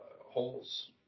holes